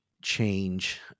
change